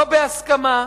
לא בהסכמה,